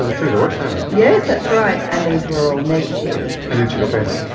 ah they threw the works at her. yeah that's right, and these were all negative. and then she got better.